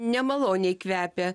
nemaloniai kvepia